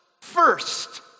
first